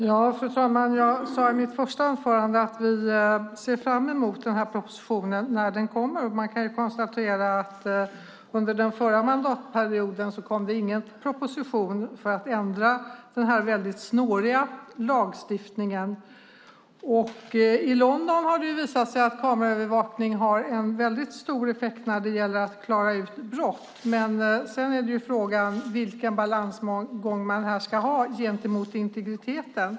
Fru talman! Jag sade i mitt första inlägg att vi ser fram emot den proposition som kommer. Man kan konstatera att det inte kom någon proposition för att ändra den väldigt snåriga lagstiftningen under den förra mandatperioden. I London har det visat sig att kameraövervakning har en väldigt stor effekt när det gäller att klara ut brott. Men sedan är det fråga om vilken balansgång man ska ha gentemot integriteten.